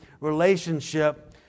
relationship